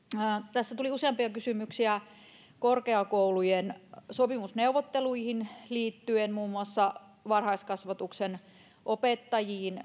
tässä tuli useampia kysymyksiä korkeakoulujen sopimusneuvotteluihin liittyen tämä liittyy muun muassa varhaiskasvatuksen opettajiin